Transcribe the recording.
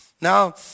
Now